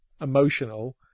emotional